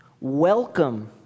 Welcome